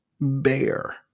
bear